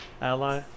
ally